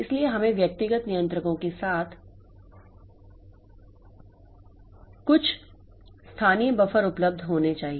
इसलिए हमें व्यक्तिगत नियंत्रकों के साथ कुछ स्थानीय बफर उपलब्ध होने चाहिए